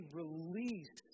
release